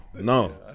no